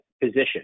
position